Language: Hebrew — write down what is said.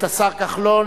את השר כחלון,